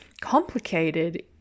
complicated